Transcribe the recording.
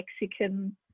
Mexican